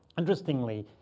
interestingly,